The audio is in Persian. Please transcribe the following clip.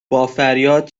بافریاد